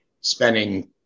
spending